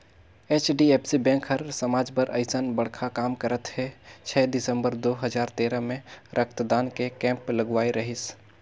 HDFC bank हर समाज बर अइसन बड़खा काम करत हे छै दिसंबर दू हजार तेरा मे रक्तदान के केम्प लगवाए रहीस